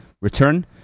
return